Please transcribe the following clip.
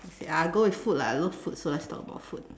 let's see ah go with food lah I love food so let's talk about food